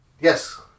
yes